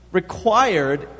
required